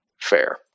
Fair